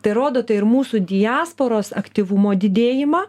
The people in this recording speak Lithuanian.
tai rodo tą ir mūsų diasporos aktyvumo didėjimą